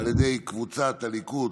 קבוצת סיעת הליכוד,